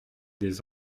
des